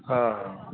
हा हा